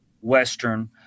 Western